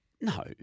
No